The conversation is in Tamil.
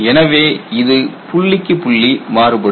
எனவே இது புள்ளிக்கு புள்ளி மாறுபடும்